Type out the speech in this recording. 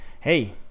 Hey